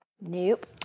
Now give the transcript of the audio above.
Nope